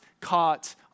caught